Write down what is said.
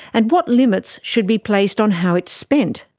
and what limits should be placed on how it's spent?